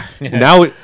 Now